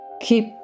Keep